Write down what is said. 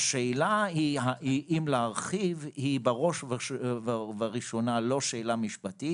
השאלה אם להרחיב היא בראש ובראשונה לא שאלה משפטית,